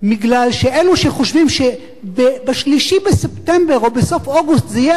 כי אלו שחושבים שב-3 בספטמבר או בסוף אוגוסט זה יהיה